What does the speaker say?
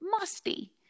musty